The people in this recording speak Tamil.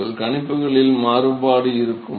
உங்கள் கணிப்புகளில் மாறுபாடு இருக்கும்